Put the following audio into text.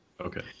Okay